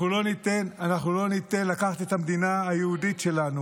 איזה גזע זה,